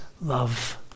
love